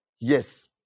Yes